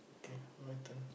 get wetter